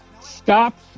stop